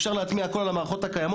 אפשר להטמיע את הכל במערכות הקיימות.